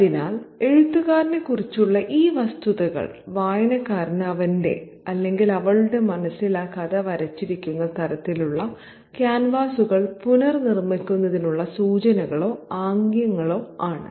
അതിനാൽ എഴുത്തുകാരനെക്കുറിച്ചുള്ള ഈ വസ്തുതകൾ വായനക്കാരന് അവന്റെ അല്ലെങ്കിൽ അവളുടെ മനസ്സിൽ ആ കഥ വരച്ചിരിക്കുന്ന തരത്തിലുള്ള ക്യാൻവാസുകൾ പുനർനിർമ്മിക്കുന്നതിനുള്ള സൂചനകളോ ആംഗ്യങ്ങളോ ആണ്